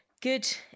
Good